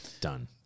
Done